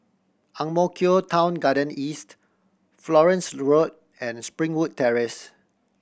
Ang Mo Kio Town Garden East Florence Road and Springwood Terrace